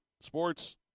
Sports